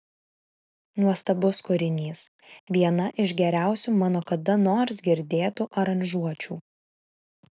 nuostabus kūrinys viena iš geriausių mano kada nors girdėtų aranžuočių